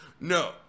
No